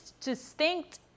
distinct